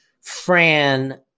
Fran